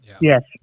yes